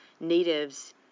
natives